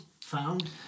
Found